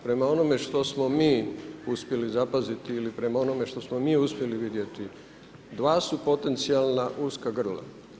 Prema onome što smo mi uspjeli zapaziti ili prema onome što smo mi uspjeli vidjeti, dva su potencijalna uska grla.